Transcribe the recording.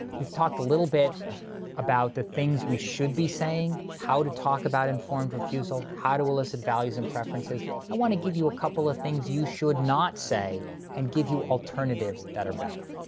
we've talked a little bit about the things we should be saying, how to talk about informed refusal, how to illicit values and preferences. i wanna give you a couple of things you should not say and give you alternatives that are better.